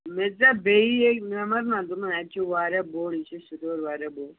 مےٚ دِژیاو بیٚیی أکۍ نَمبَر نَہ دوٚپُن اَتہِ چھُ واریاہ بوٚڑ یہِ چھُ سِٹور واریاہ بوٚڑ